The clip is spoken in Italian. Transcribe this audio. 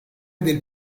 del